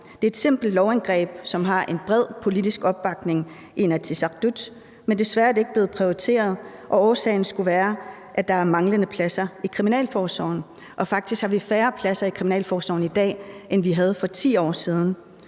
Det er et simpelt lovindgreb, som har en bred politisk opbakning i Inatsisartut, men desværre er det ikke blevet prioriteret, og årsagen skulle være, at der er manglende pladser i kriminalforsorgen, og faktisk har vi færre pladser i kriminalforsorgen i dag, end vi havde for 10 år siden.